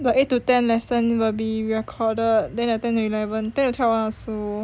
the eight to ten lesson will be recorded then the ten to eleven ten to twelve [one] also